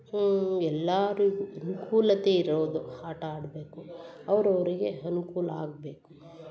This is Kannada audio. ಹ್ಞೂ ಎಲ್ಲರಿಗೂ ಅನುಕೂಲತೆ ಇರೋದು ಆಟ ಆಡಬೇಕು ಅವರವ್ರಿಗೆ ಅನ್ಕೂಲ ಆಗಬೇಕು